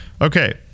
Okay